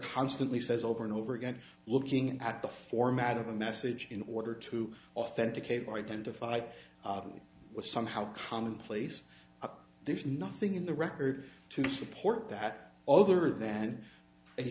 constantly says over and over again looking at the format of a message in order to authenticate identify it was somehow commonplace there's nothing in the record to support that other than a